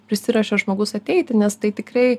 prisiruošė žmogus ateiti nes tai tikrai